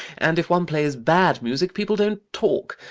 and if one plays bad music people don't talk.